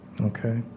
Okay